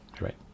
right